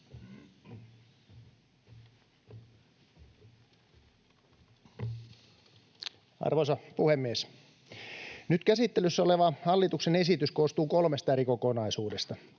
Arvoisa puhemies! Nyt käsittelyssä oleva hallituksen esitys koostuu kolmesta eri kokonaisuudesta: